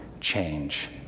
change